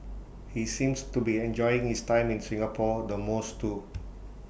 he seems to be enjoying his time in Singapore the most too